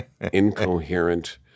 incoherent